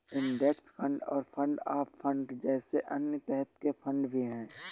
index fund और fund of fund जैसे अन्य तरह के फण्ड भी हैं